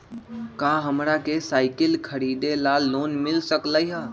का हमरा के साईकिल खरीदे ला लोन मिल सकलई ह?